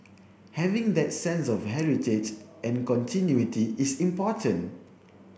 having that sense of heritage and continuity is important